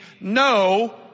no